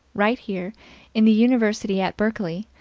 right here in the university at berkeley,